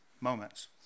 moments